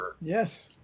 Yes